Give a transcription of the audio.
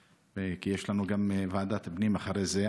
כי יש לנו גם ועדת פנים אחרי זה.